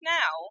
now